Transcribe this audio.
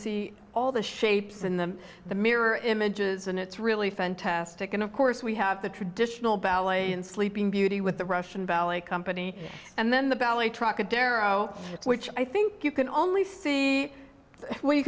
see all the shapes in them the mirror images and it's really fantastic and of course we have the traditional ballet and sleeping beauty with the russian ballet company and then the ballet trocadero which i think you can only see well you